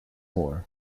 more